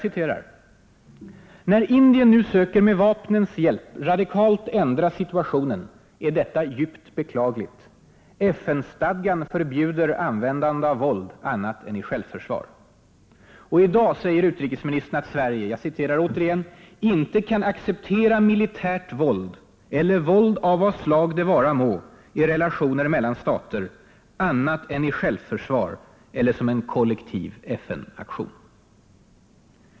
”När Indien nu söker med vapnens hjälp radikalt ändra situationen, är detta djupt beklagligt. FN-stadgan förbjuder användande av våld annat än i självförsvar.” Och i dag säger utrikesministern att Sverige ”inte kan acceptera militärt våld, eller våld av vad slag det vara må, i relationer mellan stater annat än i självförsvar eller som kollektiv FN-aktion”.